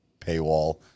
paywall